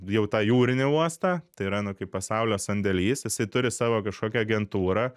jau tą jūrinį uostą tai yra nu kaip pasaulio sandėlys jisai turi savo kažkokią agentūrą